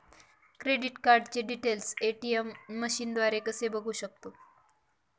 Credit कार्डचे details ATM मशीनद्वारे कसे बघू शकतो?